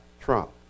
trump